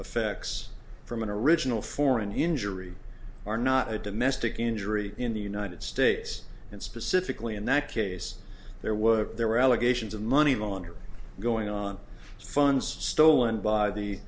effects from an original foreign injury are not a domestic injury in the united states and specifically in that case there were there were allegations of money laundering going on funds stolen by the